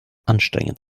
anstrengend